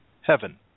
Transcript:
heaven